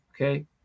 Okay